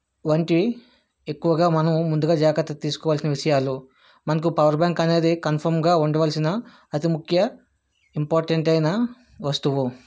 వంటి ఎక్కువగా మనం ముందుగా జాగ్రత్తలు తీసుకోవాల్సిన విషయాలు మనకు పవర్ బ్యాంక్ అనేది కన్ఫామ్గా ఉండవలసిన అతి ముఖ్య ఇంపార్టెంట్ అయిన వస్తువు